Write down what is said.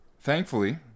thankfully